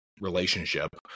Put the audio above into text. relationship